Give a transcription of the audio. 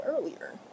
earlier